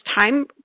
time